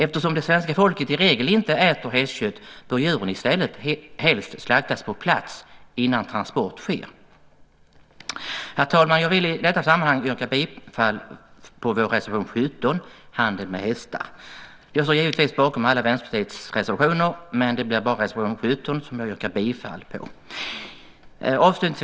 Eftersom det svenska folket i regel inte äter hästkött bör djuren i stället helst slaktas på plats innan transport sker. Herr talman! Jag vill i detta sammanhang yrka bifall till vår reservation 17 om handel med hästar. Jag står givetvis bakom alla Vänsterpartiets reservationer, men det blir bara reservation 17 som jag yrkar bifall till.